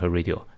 Radio